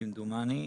כמדומני,